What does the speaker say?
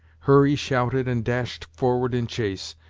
hurry shouted and dashed forward in chase,